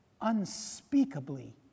unspeakably